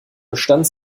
bestand